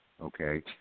okay